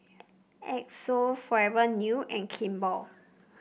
Xndo Forever New and Kimball